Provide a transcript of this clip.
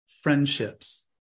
friendships